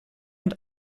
und